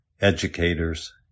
educators